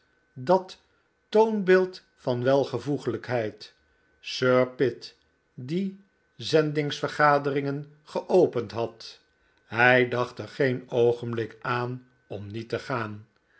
dat toonbeeld van welvoeglijkheid sir pitt die zendingsvergaderingen geopend had hij dacht er geen oogenblik aan om niet te gaan